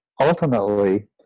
ultimately